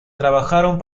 trabajaron